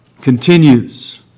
continues